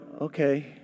okay